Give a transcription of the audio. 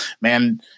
Man